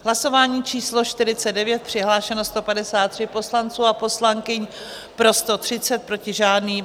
Hlasování číslo 49, přihlášeno 153 poslanců a poslankyň, pro 130, proti žádný.